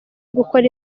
gukora